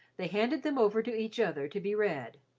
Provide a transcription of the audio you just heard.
they handed them over to each other to be read.